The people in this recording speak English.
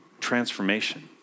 transformation